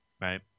right